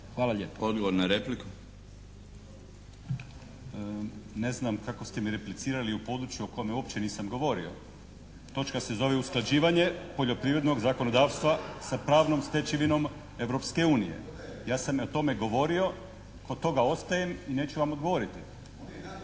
Miljenko (HNS)** Ne znam kako ste me replicirali u području o kome uopće nisam govorio. Točka se zove: usklađivanje poljoprivrednog zakonodavstva sa pravnom stečevinom Europske unije. Ja sam i o tome govorio, kod toga ostajem i neću vam odgovoriti.